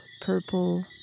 purple